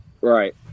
Right